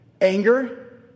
Anger